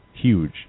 huge